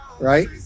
right